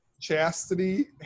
Chastity